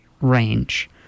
range